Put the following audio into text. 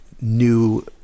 new